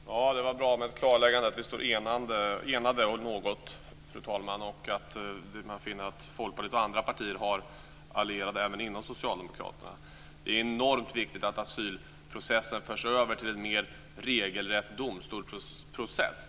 Fru talman! Det var bra med ett klarläggande om att vi står enade om något. Tydligen har Folkpartiet och andra partier allierade även inom Socialdemokraterna. Det är enormt viktigt att asylprocessen förs över till en mer regelrätt domstolsprocess.